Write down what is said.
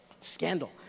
Scandal